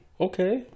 Okay